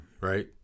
Right